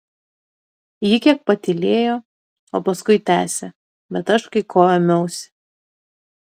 ji kiek patylėjo o paskui tęsė bet aš kai ko ėmiausi